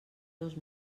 dos